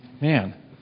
Man